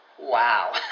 Wow